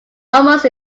almost